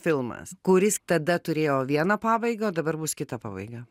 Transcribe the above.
filmas kuris tada turėjo vieną pabaigą o dabar bus kita pabaiga